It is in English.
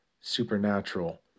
supernatural